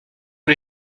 les